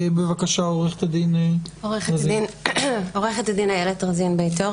בבקשה, עורכת הדין איילת רזין בית אור.